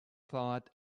thought